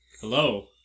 Hello